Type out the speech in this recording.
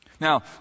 Now